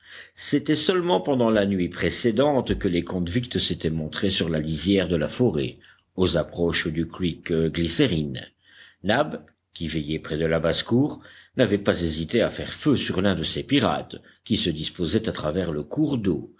c'était seulement pendant la nuit précédente que les convicts s'étaient montrés sur la lisière de la forêt aux approches du creek glycérine nab qui veillait près de la basse-cour n'avait pas hésité à faire feu sur l'un de ces pirates qui se disposait à traverser le cours d'eau